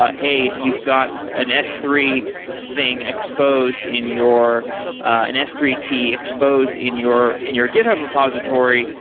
ah hey, you've got an s three thing exposed in your an s three key exposed in your in your github repository.